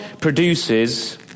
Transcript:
produces